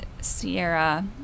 Sierra